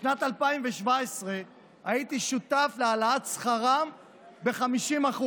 בשנת 2017 הייתי שותף להעלאת שכרם ב-50%,